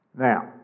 Now